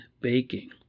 baking